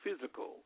physical